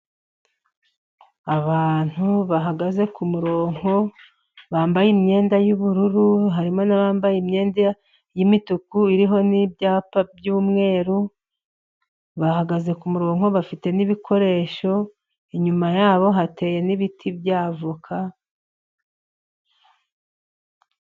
Abantu bahagaze ku murongo bambaye imyenda y'ubururu, harimo n'abambaye imyenda yimituku iriho n'ibyapa by'umweru, bahagaze kumurongo bafite n'ibikoresho, inyuma yabo hateye n'ibiti bya voka.